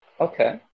Okay